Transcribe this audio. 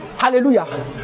Hallelujah